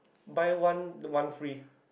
buy one one free